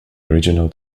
original